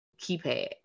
keypad